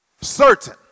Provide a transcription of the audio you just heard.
Certain